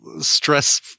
stress